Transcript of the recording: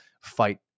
fight